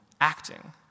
acting